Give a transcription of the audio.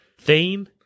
theme